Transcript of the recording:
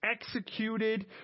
executed